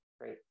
Great